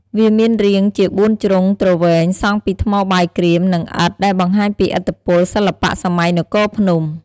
វាមានរាងជាបួនជ្រុងទ្រវែងសង់ពីថ្មបាយក្រៀម និងឥដ្ឋ ដែលបង្ហាញពីឥទ្ធិពលសិល្បៈសម័យនគរភ្នំ។